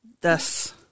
thus